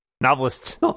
novelists